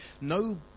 No